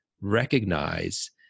recognize